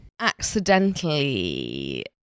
accidentally